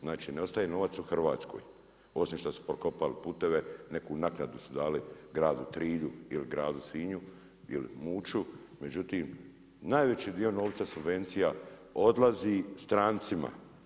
Znači ne ostaje novac u Hrvatskoj osim što su prokopali puteve, neku naknadu su dali gradu Trilju ili gradu Sinju ili Muću, međutim najveći dio novca subvencija odlazi strancima.